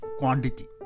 quantity